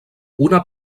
una